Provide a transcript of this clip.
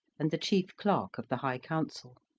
and the chief clerk of the high council.